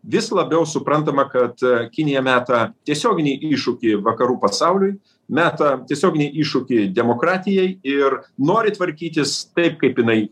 vis labiau suprantama kad kinija meta tiesioginį iššūkį vakarų pasauliui meta tiesioginį iššūkį demokratijai ir nori tvarkytis taip kaip jinai